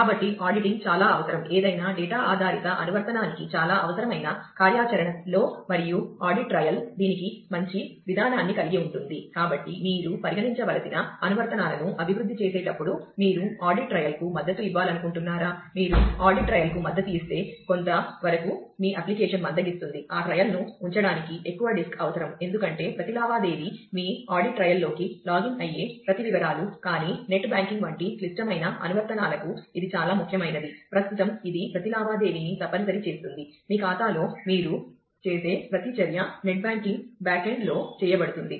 కాబట్టి ఆడిటింగ్ లో చేయబడుతుంది